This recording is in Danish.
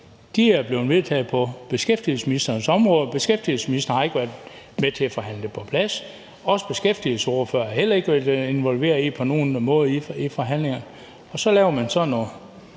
er blevet vedtaget på beskæftigelsesministerens område, og beskæftigelsesministeren har ikke været med til at forhandle dem på plads. Vi beskæftigelsesordførere har heller ikke været involveret på nogen måde i forhandlingerne, og så laver man sådan noget